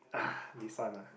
ugh this one ah